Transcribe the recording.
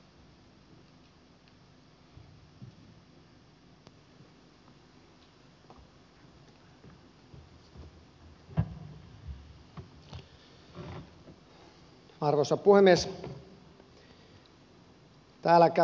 arvoisa puhemies